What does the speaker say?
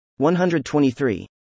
123